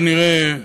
כנראה,